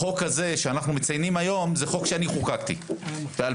החוק הזה שאנחנו מציינים היום זה חוק שאני חוקקתי ב-2018